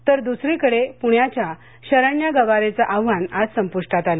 तर दुसरीकडे पुण्याच्या शरण्या गवारेचं आव्हान आज संपुष्टात आलं